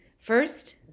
First